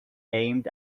aimed